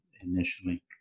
initially